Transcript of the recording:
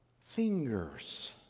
fingers